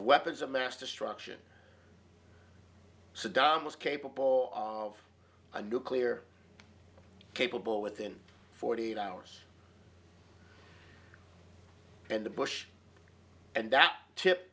weapons of mass destruction saddam was capable of a nuclear capable within forty eight hours and bush and that tip